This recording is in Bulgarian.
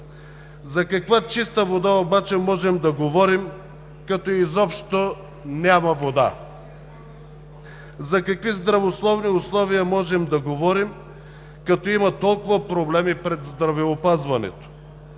За каква чиста вода обаче можем да говорим, като изобщо няма вода? За какви здравословни условия можем да говорим, като има толкова проблеми пред здравеопазването?